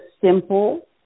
simple